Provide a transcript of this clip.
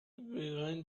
began